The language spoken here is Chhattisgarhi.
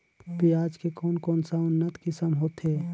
पियाज के कोन कोन सा उन्नत किसम होथे?